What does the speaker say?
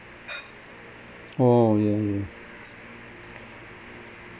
oh ya ya